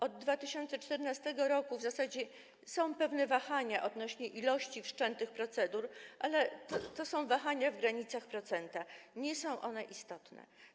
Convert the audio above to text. Od 2014 r. w zasadzie są pewne wahania odnośnie do liczby wszczętych procedur, ale to są wahania w granicach procenta, nie są one istotne.